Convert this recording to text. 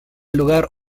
lugar